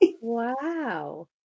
Wow